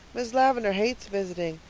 miss lavendar hates visiting.